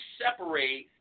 separate